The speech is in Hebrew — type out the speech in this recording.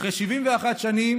אחרי 71 שנים